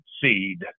seed